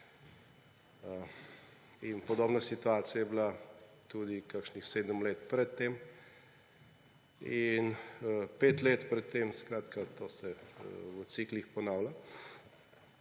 In podobna situacija je bila tudi kakšnih 7 let pred tem in 5 let pred tem. Skratka to se v ciklih ponavlja.